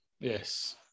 Yes